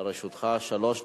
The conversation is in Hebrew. לרשותך שלוש דקות.